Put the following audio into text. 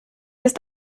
ist